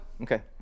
Okay